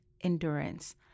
endurance